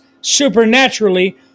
supernaturally